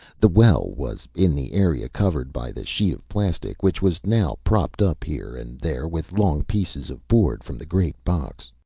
the well was in the area covered by the sheet of plastic, which was now propped up here and there with long pieces of board from the great box.